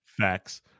Facts